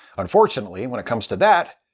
unfortunately, when it comes to that,